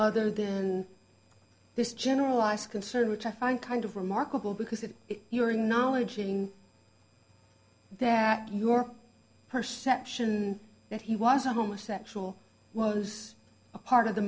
other than this generalized concern which i find kind of remarkable because of your knowledge that your perception that he was a homosexual was part of the